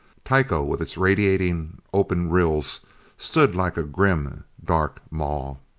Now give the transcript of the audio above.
tycho with its radiating open rills stood like a grim dark maw.